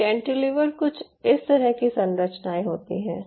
तो कैंटिलीवर कुछ इस तरह की संरचनाऐं होती हैं